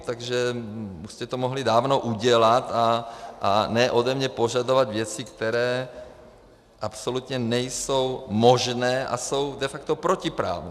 Takže jste to mohli dávno udělat a ne ode mě požadovat věci, které absolutně nejsou možné a jsou de facto protiprávní.